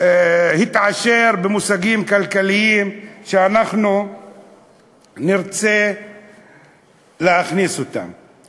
התעשר במושגים כלכליים, שאנחנו נרצה להכניס אותם.